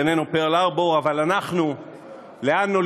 אינו פרל-הרבור,